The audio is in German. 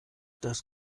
das